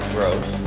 Gross